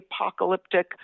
apocalyptic